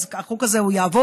אז החוק הזה יעבור,